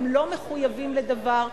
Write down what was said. הם לא מחויבים לדבר,